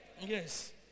Yes